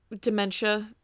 Dementia